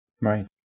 Right